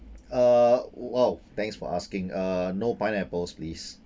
uh !wow! thanks for asking uh no pineapples please